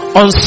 on